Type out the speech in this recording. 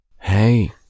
Hey